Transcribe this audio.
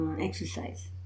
exercise